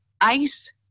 ice